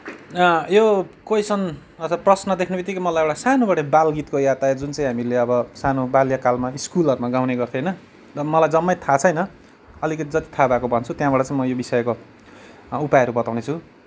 यो क्वोइसन अथवा प्रश्न देख्नेबित्तिकै मलाई एउटा सानोबडे बालगीतको याद आयो जुन चाहिँ हामीले अब सानो बाल्यकालमा स्कुलहरूमा गाउने गर्थ्यौँ होइन अनि मलाई जम्मै थाहा छैन अलिकति जति थाहा भएको भन्छु त्यहाँबाट म यो विषयको उपायहरू बताउने छु